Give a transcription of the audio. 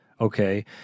Okay